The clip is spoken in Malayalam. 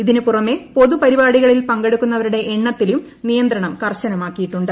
ഇതിന് പുറമേ പൊതുപരിപാടികളിൽ പങ്കെടുക്കുന്നവരുടെ എണ്ണത്തിലും നിയന്ത്രണം കർശനമാക്കിയിട്ടുണ്ട്